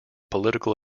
political